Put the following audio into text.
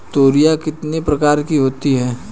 तोरियां कितने प्रकार की होती हैं?